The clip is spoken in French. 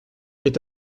est